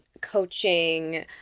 Coaching